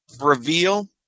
reveal